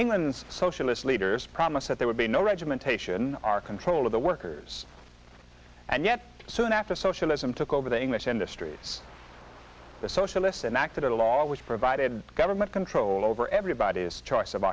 england's socialist leaders promise that there would be no regimentation are control of the workers and yet soon after socialism took over the english industries the socialists enacted a law which provided government control over everybody's choice of